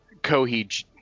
coheed